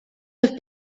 have